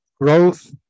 growth